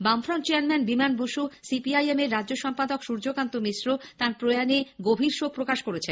বামফ্রন্ট chairman Biman Basu CPIM এর রাজ্য সম্পাদক সূর্যকান্ত মিশ্র তাঁর প্রয়াণে গভীর শোক প্রকাশ করেছেন